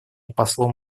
послом